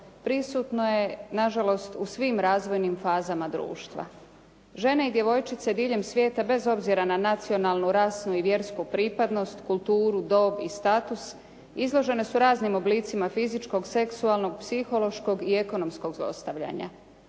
prisutno je nažalost u svim razvojnim fazama društva. Žene i djevojčice diljem svijeta bez obzira na nacionalnu, rasnu i vjersku pripadnost, kulturu, dob i status izložene su raznim oblicima fizičkog, seksualnog, psihološkog i ekonomskog zlostavljanja.